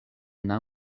naŭ